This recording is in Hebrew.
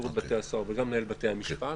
שירות בתי הסוהר וגם למנהל בתי המשפט,